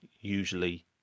usually